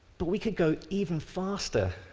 but we could go even faster,